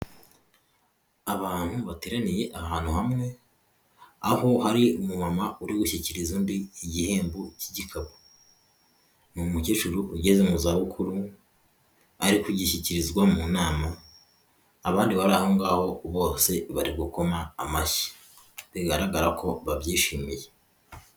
Abantu bateraniye ahantu hamwe, aho hari umumama uri gushyikiriza undi igihembo cy'igikapu, ni umukecuru ugeze mu zabukuru, arikugishyikirizwa mu nama abandi baho bose bari gukoma mu mashyi, bigaragara ko babyishimiye.